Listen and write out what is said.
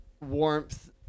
warmth